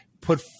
put